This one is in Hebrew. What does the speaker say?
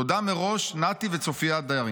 תודה מראש, נתי וצופיה דרעי.